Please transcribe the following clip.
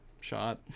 shot